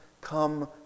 come